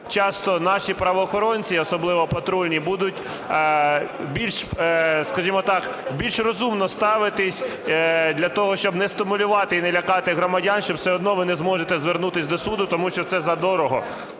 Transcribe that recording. часто наші правоохоронці, особливо патрульні, будуть більш, скажімо так, більш розумно ставитися для того, щоб не стимулювати і не лякати громадян, що все одно ви не зможете звернутися до суду, тому що це задорого.